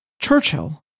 Churchill